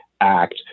Act